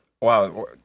Wow